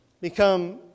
become